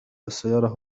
السيارة